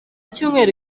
cyumweru